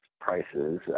prices